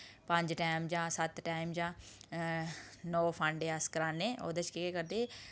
पंज टाइम जां सत्त टाइम जां नौ फांडे अस कराने ओह्दे च केह् करदे